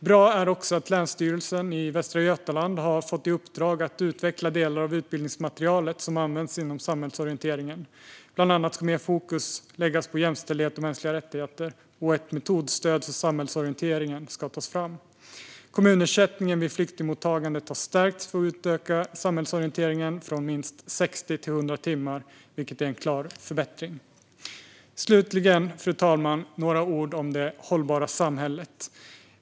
Bra är också att Länsstyrelsen i Västra Götalands län har fått i uppdrag att utveckla delar av det utbildningsmaterial som används i samhällsorienteringen. Bland annat ska mer fokus läggas på jämställdhet och mänskliga rättigheter, och ett metodstöd till samhällsorienteringen ska tas fram. Kommunersättningen vid flyktingmottagandet har stärkts för att utöka samhällsorienteringen från minst 60 till 100 timmar, vilket är en klar förbättring. Slutligen, fru talman, vill jag säga några ord om det hållbara samhället.